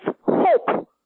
hope